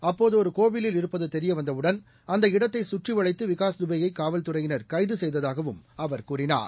அப்போது அஒருகோவிலில் இருப்பதுதெரியவந்தவுடன் அந்த இடத்தைகற்றிவளைத்துவிகாஸ் துபே யைகாவல்துறையினர் கைதுசெய்ததாகவும் அவர் கூறினார்